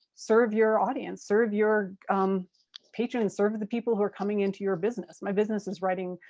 serve your audience. serve your patrons. serve the people who are coming into your business. my business is writing,